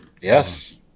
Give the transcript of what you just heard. Yes